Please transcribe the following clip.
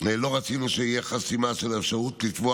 לא רצינו שתהיה חסימה של האפשרות לתבוע